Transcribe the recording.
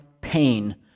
pain